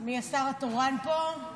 מי השר התורן פה?